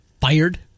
fired